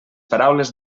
paraules